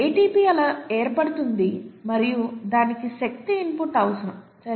ATP అలా ఏర్పడుతుంది మరియు దానికి శక్తి ఇన్పుట్ అవసరం సరేనా